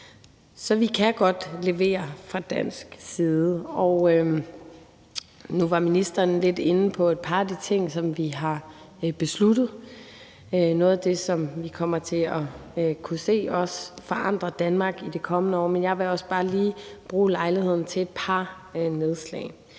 Så vi kan godt levere fra dansk side. Nu var ministeren lidt inde på et par af de ting, som vi har besluttet. Noget af det kommer vi også til at kunne se forandre Danmark i de kommende år. Men jeg vil også bare lige bruge lejligheden til et par nedslag.